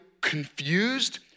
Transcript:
confused